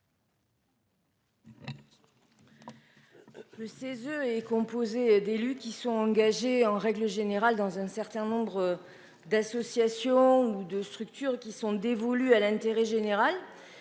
Le 16 est composé d'élus qui sont engagées en règle générale, dans un certain nombre. D'associations ou de structures qui sont dévolus à l'intérêt général.